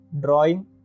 Drawing